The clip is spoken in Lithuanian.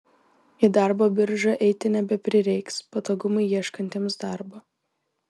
į darbo biržą eiti nebeprireiks patogumai ieškantiems darbo